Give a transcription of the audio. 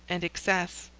and excess.